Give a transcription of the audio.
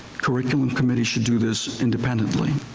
curriculum committee should do this independently.